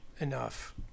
enough